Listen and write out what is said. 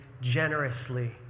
generously